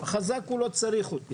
החזק לא צריך אותי.